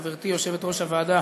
חברתי יושבת-ראש הוועדה